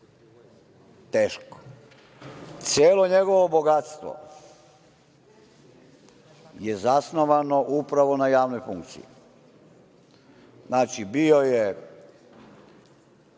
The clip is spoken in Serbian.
Teško. Celo njegovo bogatstvo je zasnovano, upravo na javnoj funkciji. Znači, bio je